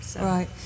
Right